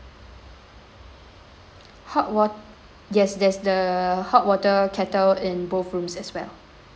hot wa~ yes there's the hot water kettle in both rooms as well